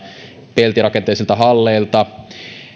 peltirakenteisilta halleilta